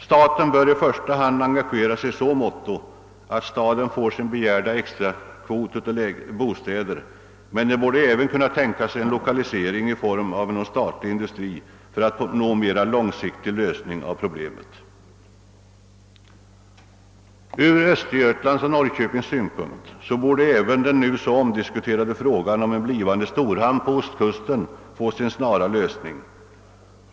Staten bör i första hand engagera sig i så måtto att staden får sin begärda extrakvot av bostäder, men man bör även kunna tänka sig en lokalisering i form av en statlig industri för att nå en mera långsiktig lösning av problemet. För Östergötlands och Norrköpings del borde även den nu så omdiskuterade frågan om en blivande storhamn på ostkusten få sin snara lösning.